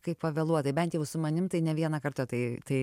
kaip pavėluotai bent jau su manim tai ne vieną kartą tai tai